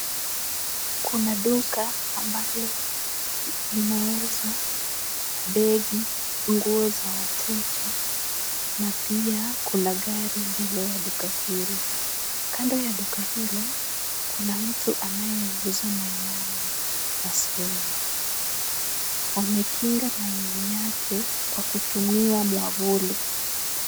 Kuna duka ambalo linalouza begi, nguo za watoto na pia kuna gari mbele ya duka hili. Kando ya duka hilo, kuna mtu anayeuza mayai na sofu. Amekinga mayai yake kwa kutumia mwavuli.